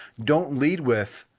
don't lead with,